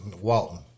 Walton